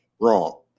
Wrong